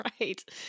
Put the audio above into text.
Right